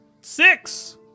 six